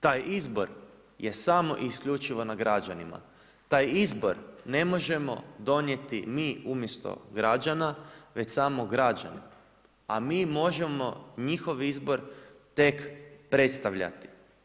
Taj izbor je samo isključivo na građanima, taj izbor ne možemo donijeti mi umjesto građana već samo građani, a mi možemo njihov izbor tek predstavljati.